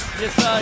yes